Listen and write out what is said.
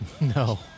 No